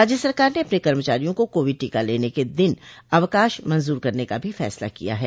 राज्य सरकार ने अपने कर्मचारियों को कोविड टीका लेने के दिन अवकाश मंजूर करने का भी फैसला किया है